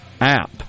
app